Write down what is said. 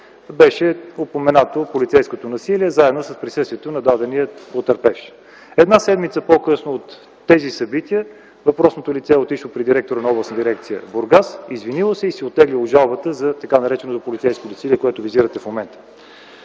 беше упоменато полицейското насилие в присъствието на споменатия потърпевш. Една седмица по-късно след тези събития въпросното лице е отишло при директора на Областна дирекция – Бургас, извинило се и си оттеглило жалбата за така нареченото полицейско насилие, което визирате в момента.